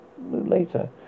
later